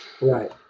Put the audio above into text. right